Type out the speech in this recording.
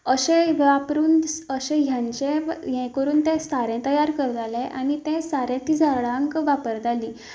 अशें हें वापरून अशें ह्याचें हें करून तें सारें तयार करतालें आनी तें सारें तीं झाडांक वापरताली